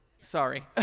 Sorry